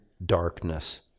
Darkness